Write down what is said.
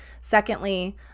Secondly